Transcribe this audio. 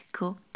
Cool